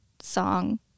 song